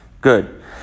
Good